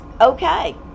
okay